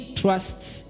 trusts